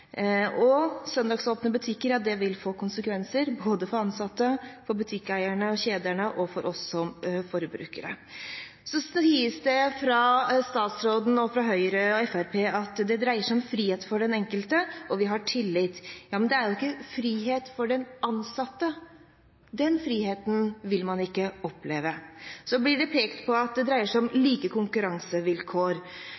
om. Søndagsåpne butikker vil få konsekvenser både for ansatte, for butikkeierne, for kjedene og for oss som forbrukere. Så sies det av statsråden og fra Høyre og Fremskrittspartiet at det dreier seg om frihet for den enkelte, og vi har tillit. Men det er ikke frihet for den ansatte. Den friheten vil man ikke oppleve. Det blir pekt på at det dreier seg om